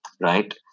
right